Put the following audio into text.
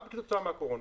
רק כתוצאה מהקורונה.